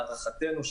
להערכתנו,